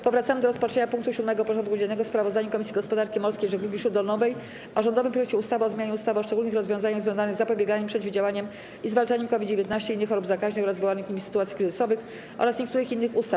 Powracamy do rozpatrzenia punktu 7. porządku dziennego: Sprawozdanie Komisji Gospodarki Morskiej i Żeglugi Śródlądowej o rządowym projekcie ustawy o zmianie ustawy o szczególnych rozwiązaniach związanych z zapobieganiem, przeciwdziałaniem i zwalczaniem COVID-19, innych chorób zakaźnych oraz wywołanych nimi sytuacji kryzysowych oraz niektórych innych ustaw.